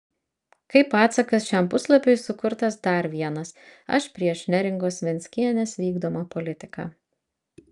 kaip atsakas šiam puslapiui sukurtas dar vienas aš prieš neringos venckienės vykdomą politiką